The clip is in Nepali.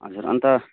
हजुर अनि त